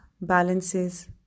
balances